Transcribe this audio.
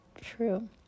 true